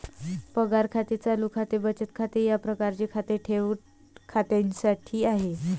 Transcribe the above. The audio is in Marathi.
पगार खाते चालू खाते बचत खाते या प्रकारचे खाते ठेव खात्यासाठी आहे